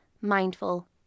mindful